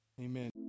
amen